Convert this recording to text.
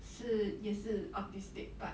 是也是 autistic but